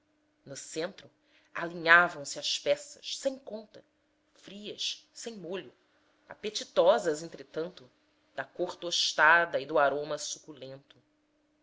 no centro alinhavam se as peças sem conta frias sem molho apetitosas entretanto da cor tostada e do aroma suculento